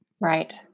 Right